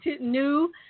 new